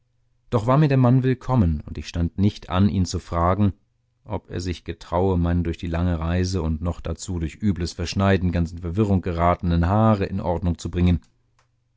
doch war mir der mann willkommen und ich stand nicht an ihn zu fragen ob er sich getraue meine durch die lange reise und noch dazu durch übles verschneiden ganz in verwirrung geratene haare in ordnung zu bringen